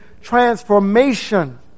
transformation